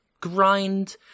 grind